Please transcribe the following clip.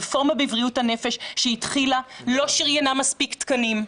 הרפורמה בבריאות הנפש שהתחילה לא שריינה מספיק תקנים,